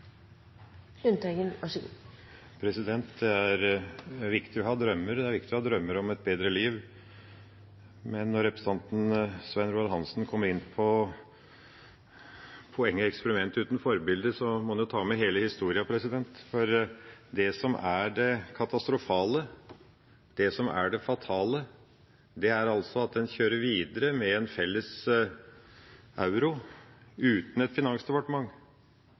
Svein Roald Hansen kommer inn på poenget eksperiment uten forbilde, må en jo ta med hele historien. For det som er det katastrofale, det som er det fatale, er at en kjører videre med en felles euro uten et finansdepartement.